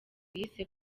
yise